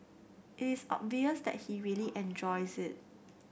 it is obvious that he really enjoys it